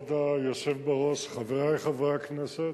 כבוד היושב בראש, חברי חברי הכנסת,